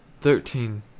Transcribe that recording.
Thirteen